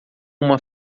uma